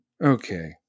Okay